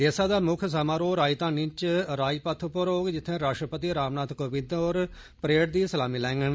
देसै दा मुक्ख समारोह राजघानी च राजपथ पर होग जित्थें राष्ट्रपति रामनाथ कोविन्द होर परेड दी सलामी लैंगन